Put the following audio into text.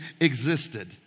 existed